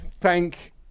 Thank